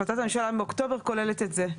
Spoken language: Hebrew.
החלטת הממשלה מאוקטובר כוללת את זה,